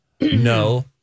No